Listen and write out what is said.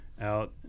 out